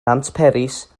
nantperis